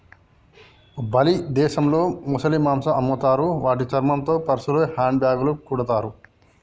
Bali దేశంలో ముసలి మాంసం అమ్ముతారు వాటి చర్మంతో పర్సులు, హ్యాండ్ బ్యాగ్లు కుడతారు